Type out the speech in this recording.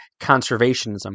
conservationism